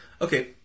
Okay